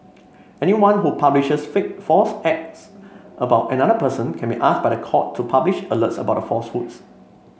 anyone who publishes fake false acts about another person can be asked by the court to publish alerts about the falsehoods